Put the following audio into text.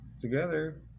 together